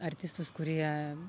artistus kurie